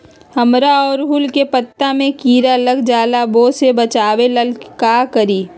हमरा ओरहुल के पत्ता में किरा लग जाला वो से बचाबे ला का करी?